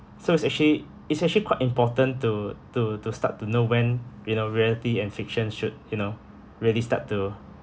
so it's actually it's actually quite important to to to start to know when you know reality and fiction should you know really start to